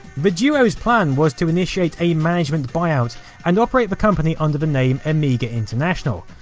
the duo's plan was to initiate a management buyout and operate the company under the name amiga international,